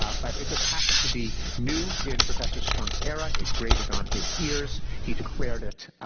um but it just happened to be new in professor strunk's era. it grated on his ears. he declared it